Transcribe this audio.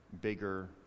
bigger